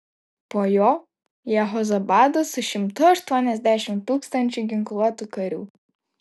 po jo jehozabadas su šimtu aštuoniasdešimt tūkstančių ginkluotų karių